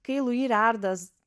kai luji reardas